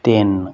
ਤਿੰਨ